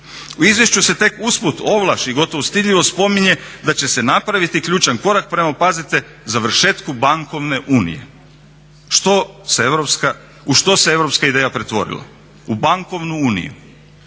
U izvješću se tek usput ovlaš i gotovo stidljivo spominje da će se napraviti ključan korak prema, pazite, završetku bankovne unije. U što se europska ideja pretvorila? U bankovnu uniju.